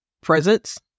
presence